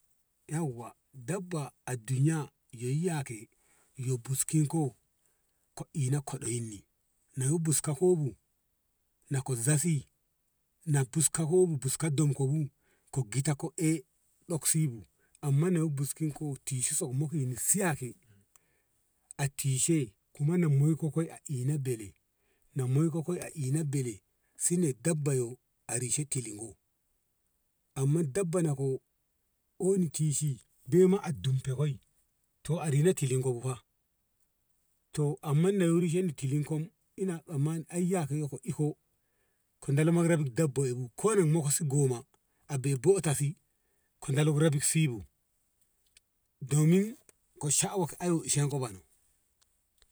Yauwa dabba a dunya yo iyyake yo buskin ko ko ina koɗoyyinni nohin buskokoibu na ko zasi na buskokoibu buskan domkobu ko gita eh doksi bu amma noe buskin ko tishi so moko siyake a tishe kuma na moiko a ina bele na moiko ko a ina bele sine dabba yo a rishe tilingo amma dabba na ko oni tishi bei ma dunfo koi to a rina tilinko bu fa to amma na wurin shen tilin ko ina tsammani ayya ko yokon iko ko dalma ramin dabba u bu ko da moksi goma a bi bottasi kadolu rabu si bu domin ko shaawa ku ayyo ishan ko bano.